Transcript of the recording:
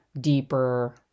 deeper